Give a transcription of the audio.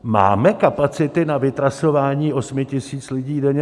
Máme kapacity na vytrasování 8 tisíc lidí denně?